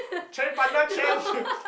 change partner change